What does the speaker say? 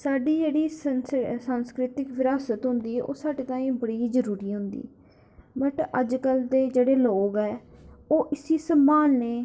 साढ़ी जेह्ड़ी संस्कृति विरासत होंदी ऐ ओह् साढ़े ताहीं बड़ी जरूरी होंदी अज्जकल दे जेह्ड़े लोग ऐ ओह् इसी सम्हालनै ई